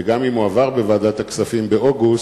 וגם אם הוא עבר בוועדת הכספים באוגוסט,